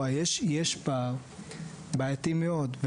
יש פער בעייתי מאוד.